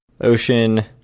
ocean